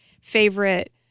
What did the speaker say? favorite